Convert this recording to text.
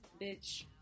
bitch